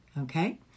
Okay